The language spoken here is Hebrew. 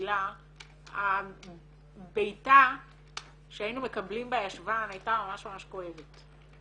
בקהילה הבעיטה שהיינו מקבלים בישבן הייתה ממש ממש כואבת.